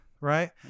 right